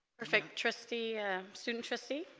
perfect trusty student trustee